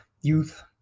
youth